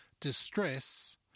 distress